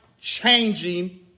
changing